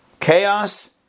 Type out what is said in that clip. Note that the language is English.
chaos